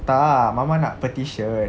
tak mama nak petition